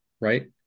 right